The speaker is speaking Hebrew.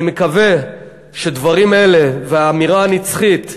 אני מקווה שדברים אלה והאמירה הנצחית,